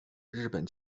日本